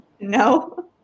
No